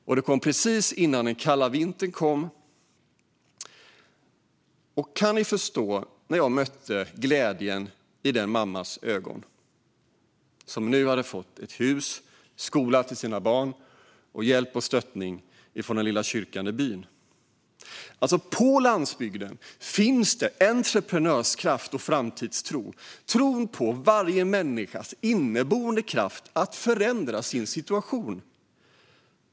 Huset blev färdigt precis innan den kalla vintern anlände. Kan ni förstå den glädje jag mötte i mammans ögon, som nu hade fått ett hus, skola till barnen och hjälp och stöttning från den lilla kyrkan i byn? På landsbygden finns entreprenörskraft och framtidstro. Det är tron på varje människas inneboende kraft att förändra sin situation.